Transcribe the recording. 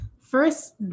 first